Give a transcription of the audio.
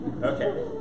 Okay